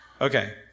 Okay